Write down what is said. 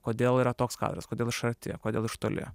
kodėl yra toks kadras kodėl iš arti kodėl iš toli